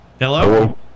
Hello